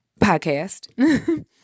Podcast